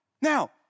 Now